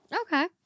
Okay